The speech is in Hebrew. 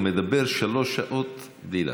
הוא מדבר שלוש שעות בלי להפסיק,